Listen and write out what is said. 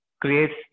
creates